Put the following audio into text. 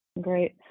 Great